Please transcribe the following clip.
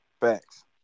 Facts